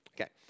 Okay